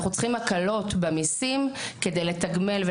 אנחנו צריכים הקלות במיסים על מנת לתגמל,